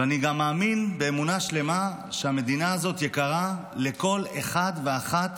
ואני גם מאמין באמונה שלמה שהמדינה הזאת יקרה לכל אחד ואחת